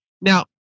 Now